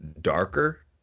darker